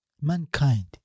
mankind